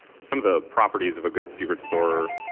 some of the properties of a good secret store,